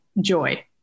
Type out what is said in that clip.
joy